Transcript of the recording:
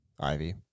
Ivy